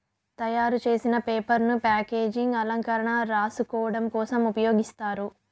తయారు చేసిన పేపర్ ను ప్యాకేజింగ్, అలంకరణ, రాసుకోడం కోసం ఉపయోగిస్తారు